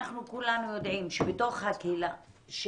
כולנו יודעים ששיקום